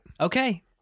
Okay